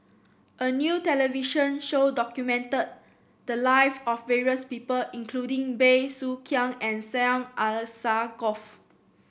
a new television show documented the live of various people including Bey Soo Khiang and Syed Alsagoff